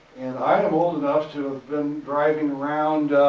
and i am old enough to have been driving around,